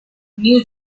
new